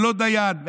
ללא דיין,